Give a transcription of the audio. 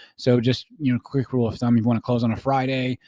so just, you know, quick rule of thumb, you want to close on a friday,